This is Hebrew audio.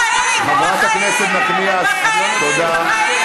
בחיים, חברת הכנסת נחמיאס ורבין, תודה.